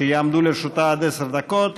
ויעמדו לרשותה עד עשר דקות,